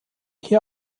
hier